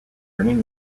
earning